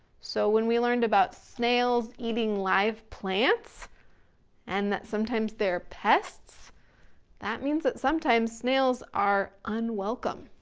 so when we learned about snails eating live plants and that sometimes they're pests that means that sometimes snails are unwelcome.